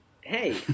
hey